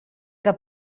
que